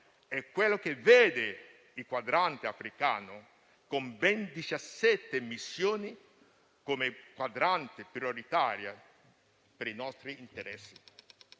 è quello che vede il quadrante africano, con ben 17 missioni, come prioritario per i nostri interessi.